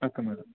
okay madam